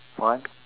what